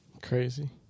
Crazy